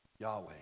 Yahweh